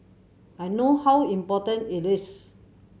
I know how important it is